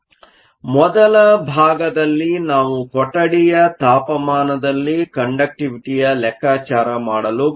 ಆದ್ದರಿಂದ ಮೊದಲ ಭಾಗದಲ್ಲಿ ನಾವು ಕೊಠಡಿಯ ತಾಪಮಾನದಲ್ಲಿ ಕಂಡಕ್ಟಿವಿಟಿಯ ಲೆಕ್ಕಾಚಾರ ಮಾಡಲು ಬಯಸುತ್ತೇವೆ